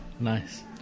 nice